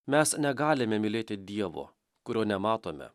mes negalime mylėti dievo kurio nematome